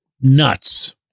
nuts